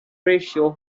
ratio